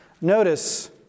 Notice